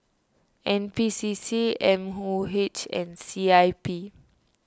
N P C C M O H and C I P